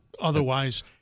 Otherwise